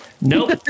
Nope